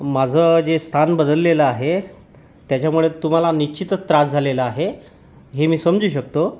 माझं जे स्थान बदललेलं आहे त्याच्यामुळे तुम्हाला निश्चितच त्रास झालेला आहे हे मी समजू शकतो